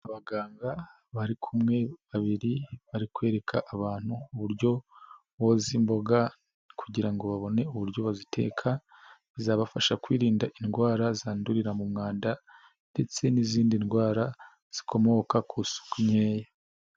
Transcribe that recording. Abaganga bari kumwe babiri bari kwereka abantu uburyo boza imboga kugira ngo babone uburyo baziteka, bizabafasha kwirinda indwara zandurira mu mwanda ndetse n'izindi ndwara zikomoka ku isuku nkeya.